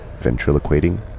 Ventriloquating